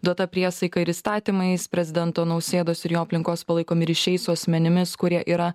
duota priesaika ir įstatymais prezidento nausėdos ir jo aplinkos palaikomi ryšiai su asmenimis kurie yra